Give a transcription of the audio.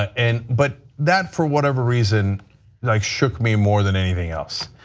and but that, for whatever reason like shook me more than anything else.